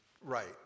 right